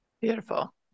Beautiful